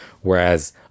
Whereas